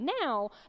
now